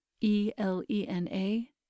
E-L-E-N-A